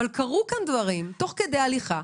אבל קרו כאן דברים תוך כדי הליכה,